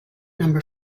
number